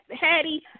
Hattie